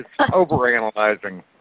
overanalyzing